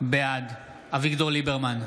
בעד אביגדור ליברמן,